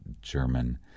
German